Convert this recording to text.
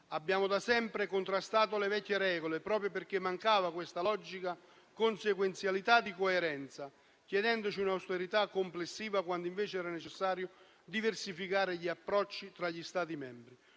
Abbiamo da sempre contrastato le vecchie regole, proprio perché mancava questa logica consequenzialità di coerenza, che ci chiedevano un'austerità complessiva, quando invece era necessario diversificare gli approcci tra gli Stati membri.